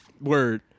Word